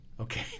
Okay